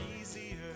easier